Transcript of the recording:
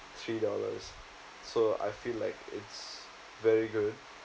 three dollars so I feel like it's very good